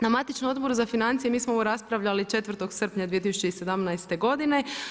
Na matičnom Odboru za financije mi smo ovo raspravljali 4. srpnja 2017. godine.